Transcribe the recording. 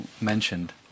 mentioned